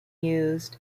used